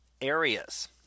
areas